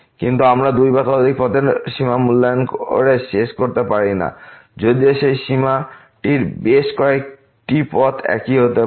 কিন্তু আমরা দুই বা একাধিক পথের সীমা মূল্যায়ন করে শেষ করতে পারি না যদিও সেই সীমাটির বেশ কয়েকটি পথে একই হতে পারে